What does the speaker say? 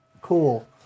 Cool